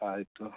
ಆಯಿತು